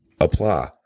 apply